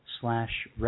slash